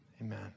Amen